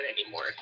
anymore